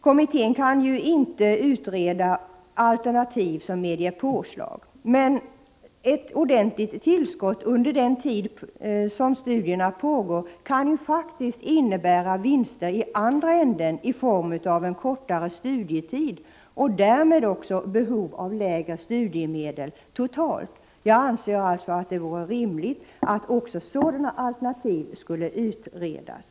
Kommittén kan inte utreda alternativ som medger påslag, men en ordentlig höjning under den tid studierna pågår kan faktiskt innebära vinster i andra änden i form av en kortare studietid — och därmed också behov av lägre studiemedel totalt. Jag anser alltså att det vore rimligt att också sådana alternativ finge utredas.